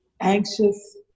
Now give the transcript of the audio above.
anxious